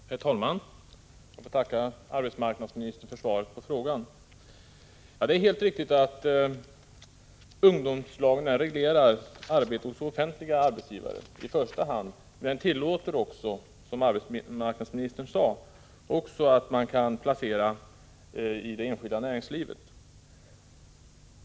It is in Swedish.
Herr talman! Jag får tacka arbetsmarknadsministern för svaret på frågan. Det är helt riktigt att ungdomslagen reglerar arbete hos offentliga arbetsgivare i första hand, men den tillåter också, som arbetsmarknadsministern sade, att ungdomar placeras i det enskilda näringslivet.